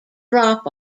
drop